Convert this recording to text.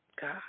God